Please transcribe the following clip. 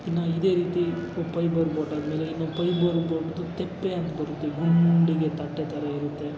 ಇನ್ನು ಇದೇ ರೀತಿ ಈ ಪೈಬರ್ ಬೋಟ್ ಆದಮೇಲೆ ಇನ್ನೂ ಪೈಬರ್ ಬೋಟ್ದು ತೆಪ್ಪ ಅಂತ ಬರುತ್ತೆ ಗುಂಡಗೆ ತಟ್ಟೆ ಥರ ಇರುತ್ತೆ